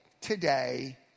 today